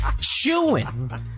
chewing